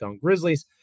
Grizzlies